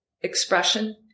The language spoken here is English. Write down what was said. expression